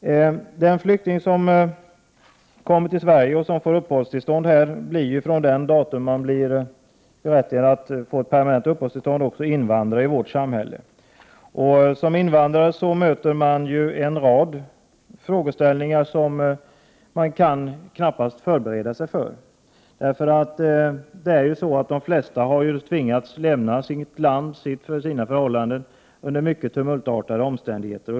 Den flykting som kommer till Sverige och får uppehållstillstånd blir, från det datum han får permanent uppehållstillstånd, också invandrare i vårt samhälle. Som invandrare möter man en rad frågeställningar som man knappast kan förbereda sig för. De flesta har tvingats lämna sitt land under mycket tumultartade omständigheter.